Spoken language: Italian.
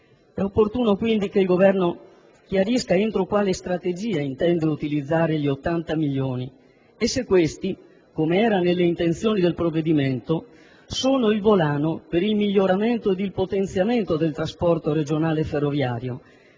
È opportuno quindi che il Governo chiarisca entro quale strategia intende utilizzare gli 80 milioni e se questi, come era nelle intenzioni del provvedimento, saranno il volano per il miglioramento ed il potenziamento del trasporto regionale ferroviario,